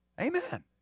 Amen